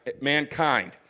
mankind